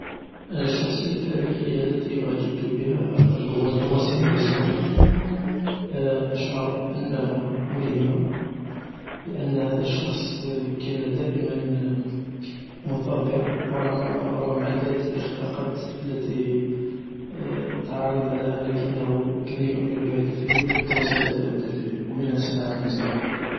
الشخصية التاريخية التي أعجبت بها هو توماس إيديسون أشعر أنها ملهمة لأن هذا الشخص كان دائما مثابر و رغم عدة إخفاقات التي تعرض لها لكنه كان يؤمن بهدفه حتى وصل إلى أهدافه و منها صناعة المصباح.